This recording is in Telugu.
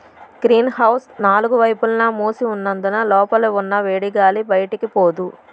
గ్రీన్ హౌస్ నాలుగు వైపులా మూసి ఉన్నందున లోపల ఉన్న వేడిగాలి బయటికి పోదు